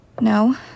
No